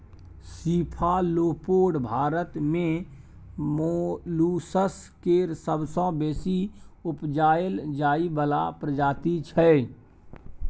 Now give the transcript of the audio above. cephalopod Bharat मे molluscs केर सबसँ बेसी उपजाएल जाइ बला प्रजाति छै